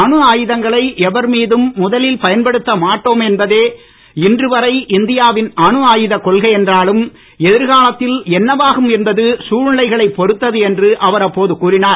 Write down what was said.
அணு ஆயுதங்களை எவர் மீதும் முதலில் பயன்படுத்த மாட்டோம் என்பதே இன்று வரை இந்தியாவின் அணு ஆயுதக் கொள்கை என்றாலும் எதிர்காலத்தில் என்னவாகும் என்பது சூழ்நிலைகளை பொருத்தது என்று அவர் அப்போது கூறினார்